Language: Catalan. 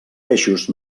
peixos